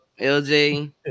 LJ